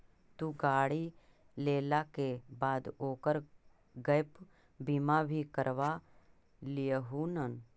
तु गाड़ी लेला के बाद ओकर गैप बीमा भी करवा लियहून